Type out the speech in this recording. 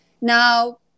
Now